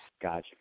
gotcha